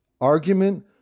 argument